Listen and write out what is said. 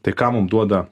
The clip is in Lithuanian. tai ką mum duoda